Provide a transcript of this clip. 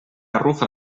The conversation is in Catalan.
arrufa